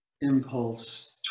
impulse